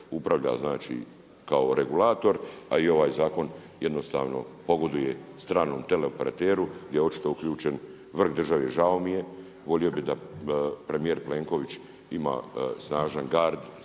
upravlja, znači kao regulator a i ovaj zakon jednostavno pogoduje stranom tele-operateru gdje je očito uključen vrh države. Žao mi je, volio bi da premijer Plenković ima snažan gard,